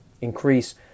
increase